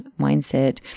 mindset